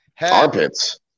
Armpits